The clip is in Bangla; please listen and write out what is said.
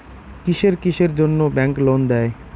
কিসের কিসের জন্যে ব্যাংক লোন দেয়?